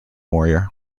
warrior